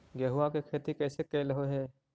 गेहूआ के खेती कैसे कैलहो हे?